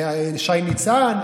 שי ניצן,